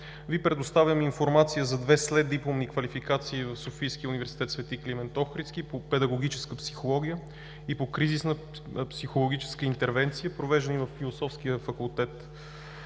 Ви предоставям информация за две следдипломни квалификации в Софийския университет „Свети Климент Охридски“ по педагогическа психология и по кризисна психологическа интервенция, провеждани във Философския факултет